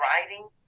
driving